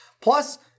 Plus